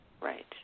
Right